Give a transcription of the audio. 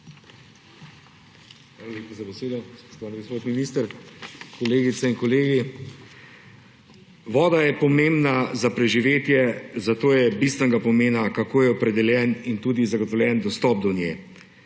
Hvala lepa za besedo. Spoštovani gospod minister, kolegice in kolegi! Voda je pomembna za preživetje, zato je bistvenega pomena, kako je opredeljen in zagotovljen dostop do nje.